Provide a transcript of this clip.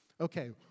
Okay